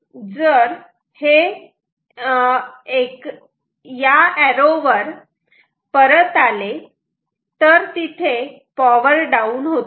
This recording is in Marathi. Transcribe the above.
एकदा जर हे या एरो वर परत आले तर तिथे पॉवर डाऊन होते